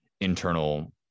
internal